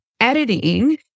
editing